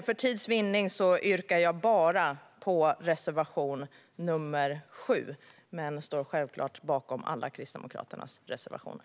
För tids vinnande yrkar jag bifall bara till reservation nr 7 men står självklart bakom alla Kristdemokraternas reservationer.